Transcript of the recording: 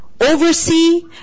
oversee